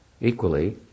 equally